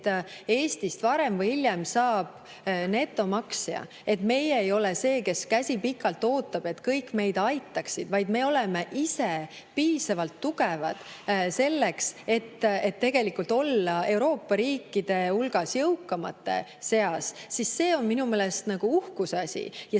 Eestist varem või hiljem saab netomaksja, et meie ei ole see, kes käsi pikal ootab, et kõik meid aitaksid, vaid me oleme ise piisavalt tugevad selleks, et tegelikult olla Euroopa riikide hulgas jõukamate seas, on minu meelest uhkuseasi ja